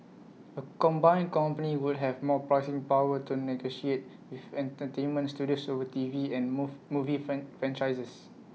A combined company would have more pricing power to negotiate with entertainment studios over T V and move movie fan franchises